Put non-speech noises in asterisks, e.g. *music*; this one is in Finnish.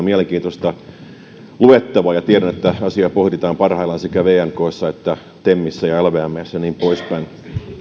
*unintelligible* mielenkiintoista luettavaa ja tiedän että asiaa pohditaan parhaillaan sekä vnkssa että temissä ja lvmssä ja niin poispäin